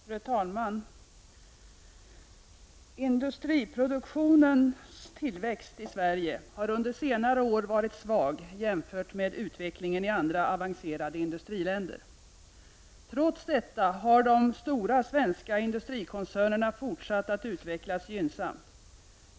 Fru talman! ”Industriproduktionens tillväxt i Sverige har under senare år varit svag jämfört med utvecklingen i andra avancerade industriländer. Trots detta har de stora svenska industrikoncernerna fortsatt att utvecklas gynnsamt.